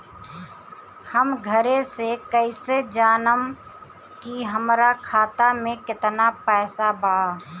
हम घरे से कैसे जानम की हमरा खाता मे केतना पैसा बा?